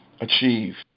achieve